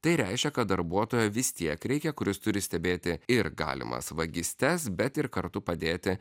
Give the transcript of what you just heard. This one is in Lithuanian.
tai reiškia kad darbuotojo vis tiek reikia kuris turi stebėti ir galimas vagystes bet ir kartu padėti